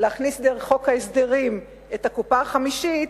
להכניס דרך חוק ההסדרים את הקופה החמישית,